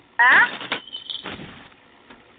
हैं